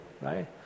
right